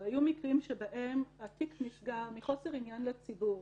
היו מקרים שבהם התיק נסגר מחוסר עניין לציבור,